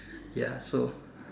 ya so